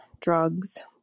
drugs